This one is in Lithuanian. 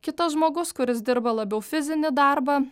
kitas žmogus kuris dirba labiau fizinį darbą